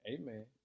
Amen